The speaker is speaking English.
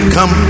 Come